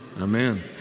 Amen